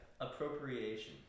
Appropriation